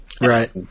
Right